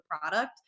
product